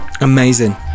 Amazing